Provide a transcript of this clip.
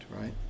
right